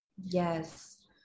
yes